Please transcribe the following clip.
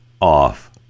off